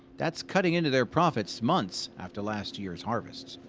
that's cutting into their profits months after last year's harvest.